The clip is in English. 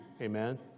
Amen